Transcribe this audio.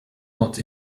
not